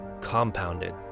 compounded